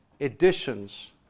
editions